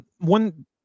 one